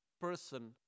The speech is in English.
person